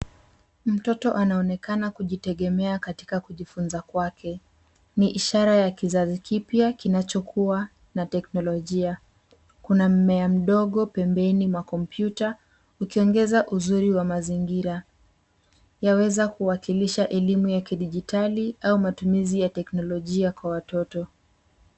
Mtoto anaonekana kujitegemea katika kujifunza kwake. Ni ishara ya kizazi kipya kinachokua na teknolojia. Kuna mmea mdogo pembeni mwa kompyuta ukiongeza uzuri wa mazingira. Yaweza kuwakilisha elimu ya kidijitali au matumizi ya teknolojia kwa watoto.